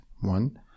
One